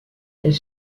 elle